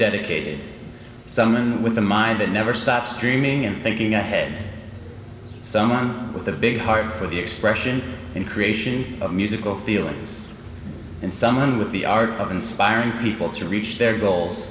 dedicated someone with a mind that never stops dreaming and thinking ahead someone with a big heart for the expression in creation of musical feelings and someone with the art of inspiring people to reach their goals